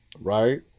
right